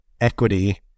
equity